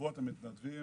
המתנדבים